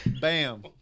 Bam